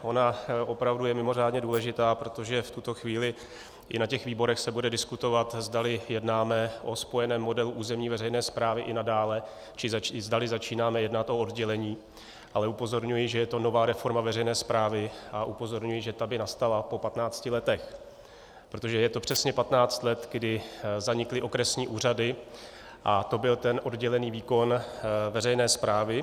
Ona opravdu je mimořádně důležitá, protože v tuto chvíli i na výborech se bude diskutovat, zdali jednáme o spojeném modelu územní veřejné správy i nadále, či zdali začínáme jednat o oddělení, ale upozorňuji, že je to nová reforma veřejné správy, a upozorňuji, že ta by nastala po 15 letech, protože je to přesně 15 let, kdy zanikly okresní úřady, a to byl ten oddělený výkon veřejné správy.